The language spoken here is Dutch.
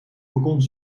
balkon